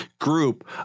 group